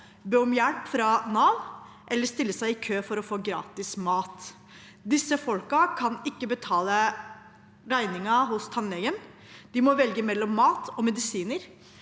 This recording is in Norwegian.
be om hjelp fra Nav eller stille seg i kø for å få gratis mat. Disse folkene kan ikke betale regningen hos tannlegen. De må velge mellom mat og medisiner.